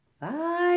Bye